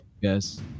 yes